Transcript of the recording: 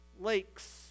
Lakes